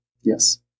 yes